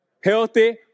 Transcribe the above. healthy